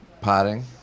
potting